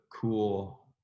cool